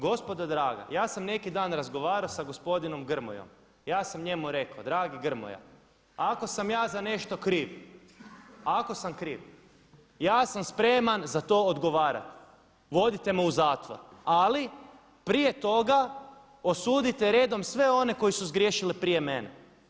Gospodo draga ja sam neki dan razgovarao sa gospodinom Grmojom, ja sam njemu rekao dragi Grmoja ako sam ja za nešto kriv, ako sam kriv ja sam spreman za to odgovarati, vodite me u zatvor, ali prije toga osudite redom sve one koji su zgriješili prije mene.